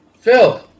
Phil